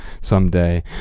someday